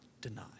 deny